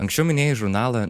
anksčiau minėjai žurnalą